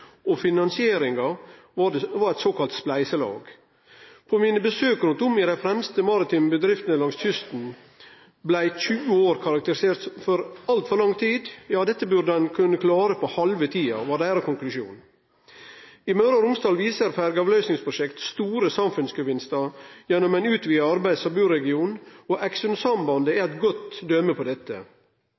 at finansieringa var eit såkalla spleiselag. På mine besøk rundt om i dei fremste maritime bedriftene langs kysten blei 20 år karakterisert som altfor lang tid. Dette burde ein kunne klare på halve tida, var deira konklusjon. I Møre og Romsdal viser ferjeavløysingsprosjekt store samfunnsgevinstar gjennom ein utvida arbeids- og buregion. Eiksundsambandet er eit godt døme på dette.